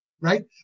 right